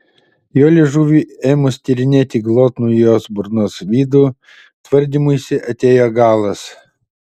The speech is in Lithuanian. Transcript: jo liežuviui ėmus tyrinėti glotnų jos burnos vidų tvardymuisi atėjo galas